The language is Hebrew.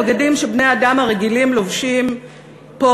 הבגדים שבני-האדם הרגילים לובשים פה,